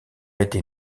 été